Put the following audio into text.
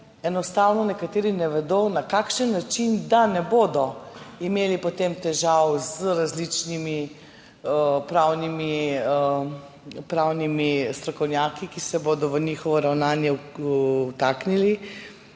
enostavno nekateri ne vedo, na kakšen način, da ne bodo imeli potem težav z različnimi pravnimi strokovnjaki, ki se bodo v njihovo ravnanje vtaknili,